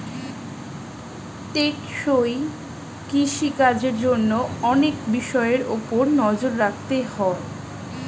টেকসই কৃষি কাজের জন্য অনেক বিষয়ের উপর নজর রাখতে হয়